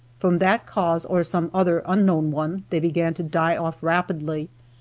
from that cause, or some other unknown one, they began to die off rapidly,